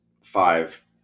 five